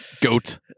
Goat